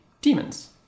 demons